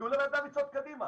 תנו לבן אדם לצעוד קדימה.